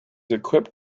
equipped